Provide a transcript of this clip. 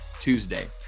Tuesday